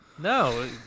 No